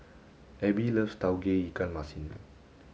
Abbey loves Tauge Ikan Masin